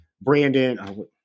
Brandon